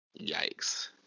Yikes